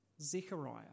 Zechariah